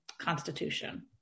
constitution